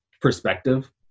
perspective